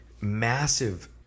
massive